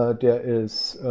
ah there is